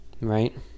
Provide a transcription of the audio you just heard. right